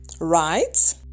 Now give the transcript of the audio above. Right